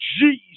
Jesus